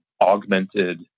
augmented